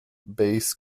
bass